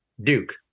Duke